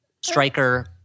striker